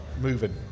moving